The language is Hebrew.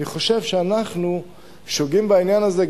אני חושב שאנחנו שוגים בעניין הזה,